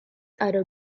other